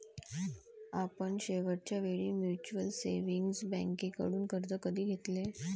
आपण शेवटच्या वेळी म्युच्युअल सेव्हिंग्ज बँकेकडून कर्ज कधी घेतले?